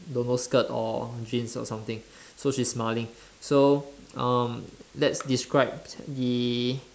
don't know skirt or jeans or something so she's smiling so um let's describe the